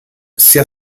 sia